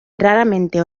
raramente